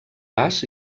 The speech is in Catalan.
pas